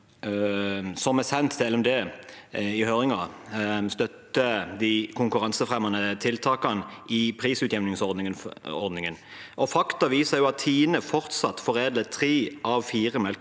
forbindelse med høringen, støtter de konkurransefremmende tiltakene i prisutjevningsordningen. Fakta viser også at Tine fortsatt foredler tre av fire melkeliter